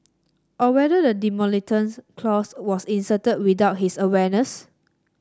or whether the demolitions clause was inserted without his awareness